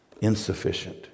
Insufficient